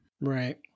Right